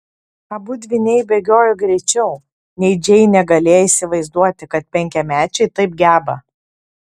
abu dvyniai bėgiojo greičiau nei džeinė galėjo įsivaizduoti kad penkiamečiai taip geba